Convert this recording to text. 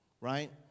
right